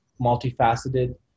multifaceted